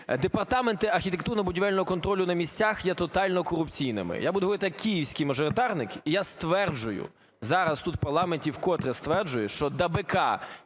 Департаменти архітектурно-будівельного контролю на місцях є тотально корупційними. Я буду говорити як київський мажоритарник, і я стверджую зараз, тут в парламенті вкотре стверджую, що ДАБК